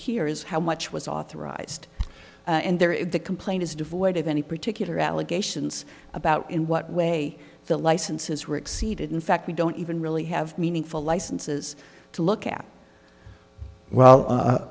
here is how much was authorised and there to complain is devoid of any particular allegations about in what way the license is rick seated in fact we don't even really have meaningful licenses to look at well